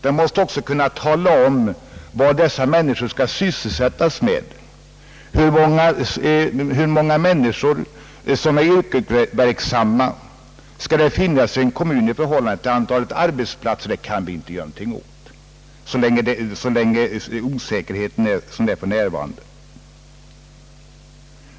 Man måste också kunna tala om vad de skall sysselsättas med och hur många yrkesverksamma människor det skall finnas i en kommun. Det kan vi inte så länge osäkerheten är sådan som för närvarande.